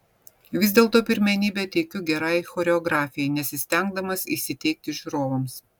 vis dėlto pirmenybę teikiu gerai choreografijai nesistengdamas įsiteikti žiūrovams